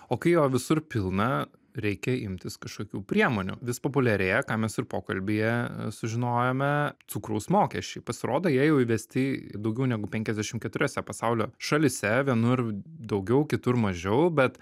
o kai jo visur pilna reikia imtis kažkokių priemonių vis populiarėja ką mes ir pokalbyje sužinojome cukraus mokesčiai pasirodo jie jau įvesti į daugiau negu penkiasdešimt keturiose pasaulio šalyse vienur daugiau kitur mažiau bet